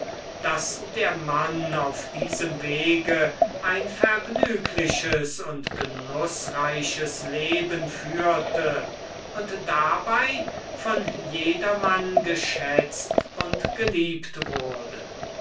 daß der mann auf diesem wege ein vergnügliches und genußreiches leben führte und dabei von jedermann geschätzt und geliebt wurde